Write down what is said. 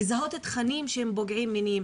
לזהות תכנים שהם פוגעים מינית.